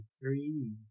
three